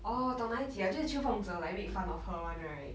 orh 懂那一集了就是 qiu feng zhe like make fun of her right